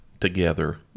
together